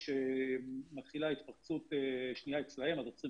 כשמתחילה התפרצות שנייה אצלם אז עוצרים